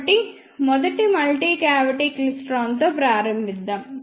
కాబట్టి మొదట multi cavity క్లైస్ట్రాన్తో ప్రారంభిద్దాం